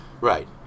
Right